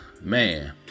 man